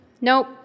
nope